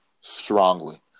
strongly